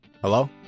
Hello